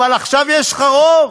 אבל עכשיו יש לך רוב.